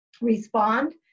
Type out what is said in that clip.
respond